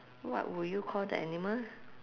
what would you call the animal